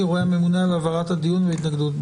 יורה הממונה על העברת הדיון בהתנגדות".